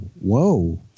whoa